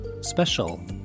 Special